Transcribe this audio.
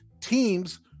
Teams